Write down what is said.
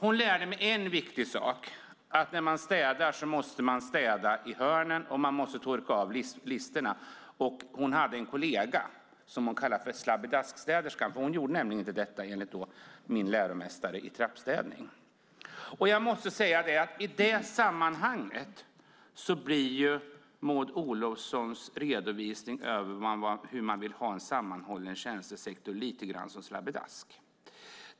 Hon lärde mig en viktig sak: När man städar måste man städa i hörnen och torka av listerna. Hon hade en kollega som hon kallade "slabbedaskstäderskan". Den städerskan gjorde nämligen inte detta, enligt min läromästare i trappstädning. Jag måste säga att Maud Olofssons redovisning över hur man vill ha en sammanhållen tjänstesektor blir lite grann som slabbedask.